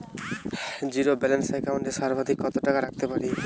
Zero balance account এ সর্বাধিক কত টাকা রাখতে পারি?